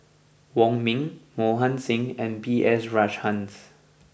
Wong Ming Mohan Singh and B S Rajhans